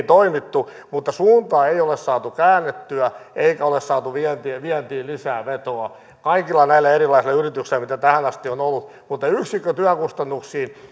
toimittu mutta suuntaa ei ole saatu käännettyä eikä ole saatu vientiin lisää vetoa kaikilla näillä erilaisilla yrityksillä mitä tähän asti on ollut mutta yksikkötyökustannuksiin